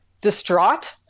distraught